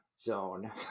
zone